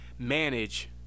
Manage